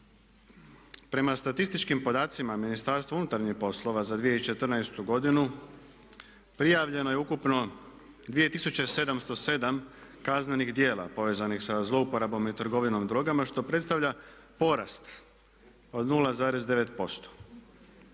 Prema statističkim podacima Ministarstva unutarnjih poslova za 2014. godinu prijavljeno je ukupno 2707 kaznenih djela povezanih sa zlouporabom i trgovinom drogama što predstavlja porast od 0,9%.